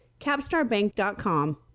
capstarbank.com